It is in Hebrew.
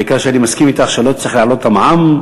בעיקר שאני מסכים אתך שלא צריך להעלות את המע"מ,